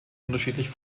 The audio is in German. unterschiedlich